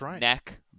neck